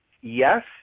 Yes